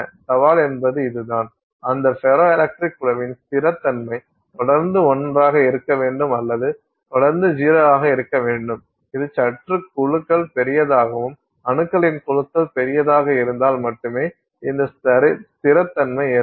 சவால் என்பது இதுதான் அந்த ஃபெரோ எலக்ட்ரிக் குழுவின் ஸ்திரத்தன்மை தொடர்ந்து 1 ஆக இருக்க வேண்டும் அல்லது அது தொடர்ந்து 0 ஆக இருக்க வேண்டும் இது சற்று குழுக்கள் பெரியதாகவும் அணுக்களின் குழுக்கள் பெரியதாக இருந்தால் மட்டுமே இந்த ஸ்திரத்தன்மை ஏற்படும்